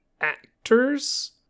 actors